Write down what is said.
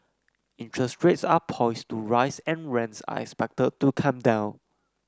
interest rates are poised to rise and rents are expected to come down